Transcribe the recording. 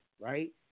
right